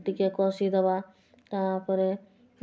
ଟିକେ କଷି ଦେବା ତା'ପରେ